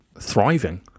thriving